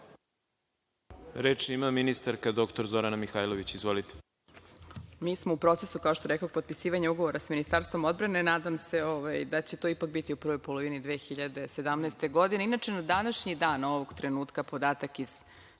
Reč ima ministarka dr Zorana Mihajlović. Izvolite. **Zorana Mihajlović** Mi smo u procesu, kao što rekoh, potpisivanja ugovora sa Ministarstvom odbrane. Nadam se da će to, ipak, biti u prvoj polovini 2017. godini. Inače, na današnji dan, ovog trenutka, podatak iz